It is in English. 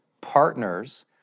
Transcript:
partners